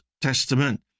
Testament